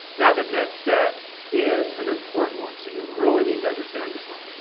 now the next step is an important one. so you really need to understand this one.